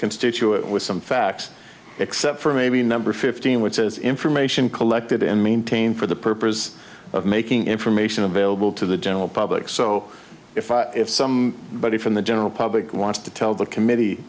constituent with some facts except for maybe number fifteen which says information collected and maintained for the purpose of making information available to the general public so if if some body from the general public wants to tell the committee